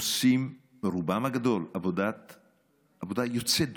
עושות ברובן הגדול עבודה יוצאת דופן.